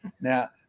Now